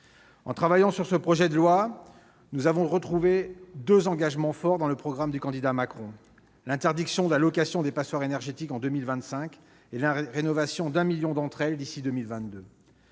En travaillant sur ce projet de loi, nous avons retrouvé deux engagements forts dans le programme du candidat Macron : l'interdiction de la location des passoires énergétiques en 2025 et la rénovation de 1 million d'entre elles d'ici à 2022.